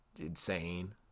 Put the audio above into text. insane